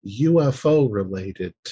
UFO-related